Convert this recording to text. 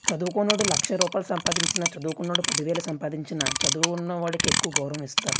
చదువుకోని వాడు లక్ష రూపాయలు సంపాదించిన చదువుకున్న వాడు పదివేలు సంపాదించిన చదువు ఉన్నవాడికి ఎక్కువ గౌరవమిస్తారు